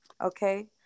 Okay